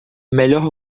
melhor